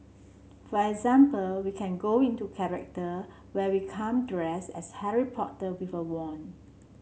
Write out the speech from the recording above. for example we can go into character where we come dress as Harry Potter with a wand